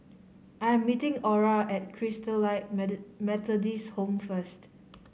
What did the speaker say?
I am meeting Orah at Christalite Methodist Home first